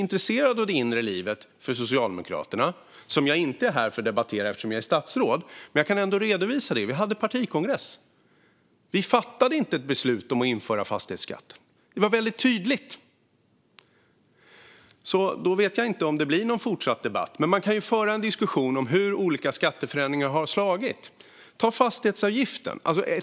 Eftersom jag är statsråd är jag inte här för att debattera Socialdemokraternas inre liv, men låt mig säga så här: Vi fattade inget beslut om att införa fastighetsskatt på vår partikongress. Så, då vet jag inte om det blir någon fortsatt debatt. Man kan dock föra en diskussion om hur olika skatteförändringar har slagit, såsom fastighetsavgiften.